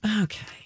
Okay